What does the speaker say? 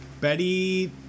Betty